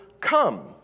come